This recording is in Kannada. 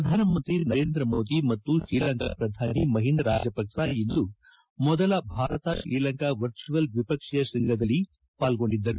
ಪ್ರಧಾನಮಂತ್ರಿ ನರೇಂದ್ರ ಮೋದಿ ಮತ್ತು ಶ್ರೀಲಂಕಾ ಪ್ರಧಾನಿ ಮಹಿಂದಾ ರಾಜಪಕ್ಪಾ ಇಂದು ಮೊದಲ ಭಾರತ ಶ್ರೀಲಂಕಾ ವರ್ಚುಯಲ್ ದ್ಲಿಪಕ್ಷೀಯ ಶ್ವಂಗದಲ್ಲಿ ಪಾಲ್ಗೊಂಡಿದ್ದರು